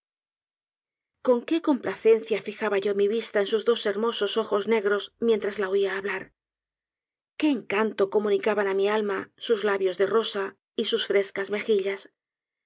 con qué complacencia fijaba yo mi vista en sus dos hermosos ojos negros mientras la oia hablar qué encanto comunicaban á mi alma sus labios de rosa y sus frescas megillas